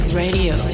radio